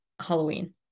Halloween